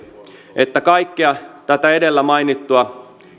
että kaikkea tätä edellä mainittua